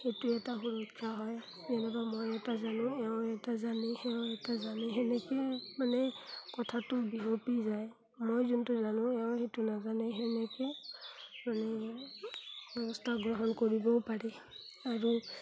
সেইটো এটা সুৰক্ষা হয় এনেকুৱা মই এটা জানো এওঁ এটা জানে তেওঁ এটা জানে সেনেকৈ মানে কথাটো বিয়পি যায় মই যোনটো জানো এওঁ সেইটো নাজানে সেনেকৈ মানে ব্যৱস্থা গ্ৰহণ কৰিবও পাৰি আৰু